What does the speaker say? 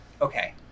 Okay